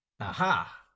Aha